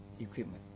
equipment